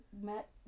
met